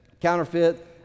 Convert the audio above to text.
counterfeit